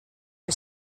for